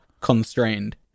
constrained